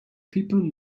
people